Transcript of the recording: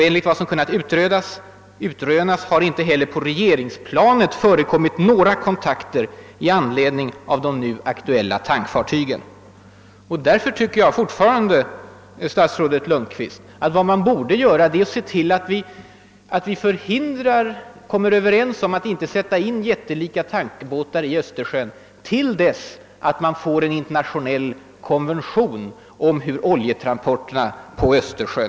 Enligt vad som kunnat utrönas ... har inte heller på regeringsplanet förekommit några kontakter i anledning av de nu aktuella tankfartygen.» Mot den bakgrunden tycker jag fortfarande att man, i avvaktan på en internationell konvention om hur oljetransporterna på Östersjön skall organiseras, bör komma överens om att inte sätta in jättelika tankbåtar i Östersjön.